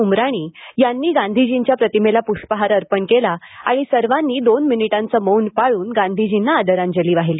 उमराणी यांनी गांधीजींच्या प्रतिमेला पुष्पहार अर्पण केला आणि सर्वांनी दोन मिनिटांचं मौन पाळून गांधीजींना आदरांजली वाहिली